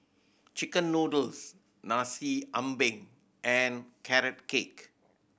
chicken noodles Nasi Ambeng and Carrot Cake